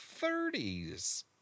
30s